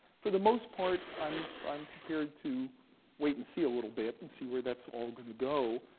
for the most part, i'm i'm prepared to wait and see a little bit, and see where that's all going to go.